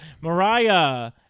Mariah